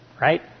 right